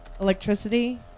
electricity